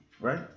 Right